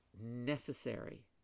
necessary